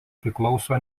priklauso